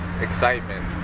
excitement